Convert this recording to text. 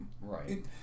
right